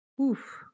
Oof